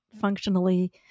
functionally